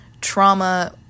trauma